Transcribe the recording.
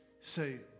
Say